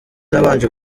nabanje